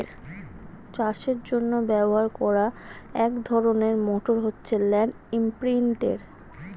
চাষের জন্য ব্যবহার করা এক ধরনের মোটর হচ্ছে ল্যান্ড ইমপ্রিন্টের